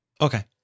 Okay